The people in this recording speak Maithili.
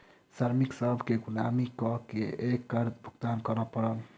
श्रमिक सभ केँ गुलामी कअ के कर भुगतान करअ पड़ल